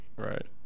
Right